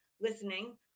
listening